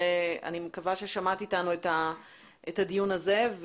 שאני מקווה ששמעת אתנו את הדיון הזה.